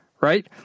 right